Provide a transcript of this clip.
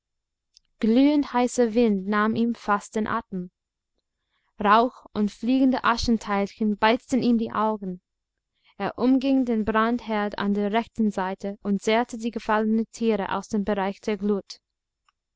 zurück glühendheißer wind nahm ihm fast den atem rauch und fliegende aschenteilchen beizten ihm die augen er umging den brandherd an der rechten seite und zerrte die gefallenen tiere aus dem bereich der glut